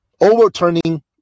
overturning